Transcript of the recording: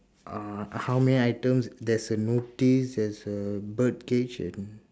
uh how many items there's a notice there's a bird cage and